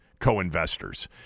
co-investors